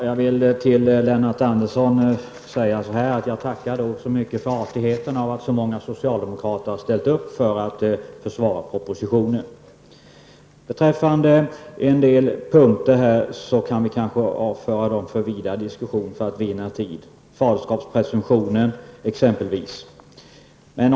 Fru talman! Till Lennart Andersson vill jag säga att jag tackar för artigheten att så många socialdemokrater ställt upp för att försvara propositionen. En del punkter kan vi kanske avföra för vidare diskussion för att vinna tid, exempelvis faderskapspresumtionen.